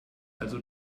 also